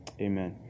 Amen